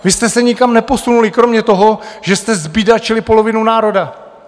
Vy jste se nikam neposunuli kromě toho, že jste zbídačili polovinu národa!